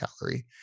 calorie